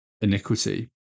iniquity